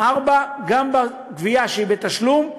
4. גם בחניה שהיא בתשלום,